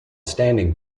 standing